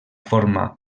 forma